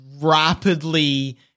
rapidly